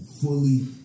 fully